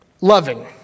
loving